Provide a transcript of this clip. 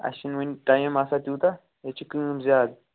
اَسہِ چھِنہٕ وٕنۍ ٹایم آسان تیوٗتاہ ییٚتہِ چھِ کٲم زیادٕ